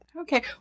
Okay